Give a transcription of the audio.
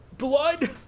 Blood